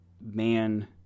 man